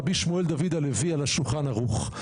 ר' שמואל דוד הלוי על השולחן ערוך.